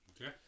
okay